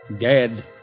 Dead